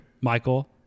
Michael